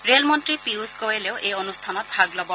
rail মন্ত্ৰী পীয়ুষ গোৰেলেও এই অনুষ্ঠানত ভাগ ল'ব